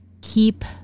keep